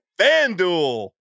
FanDuel